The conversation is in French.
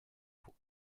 voies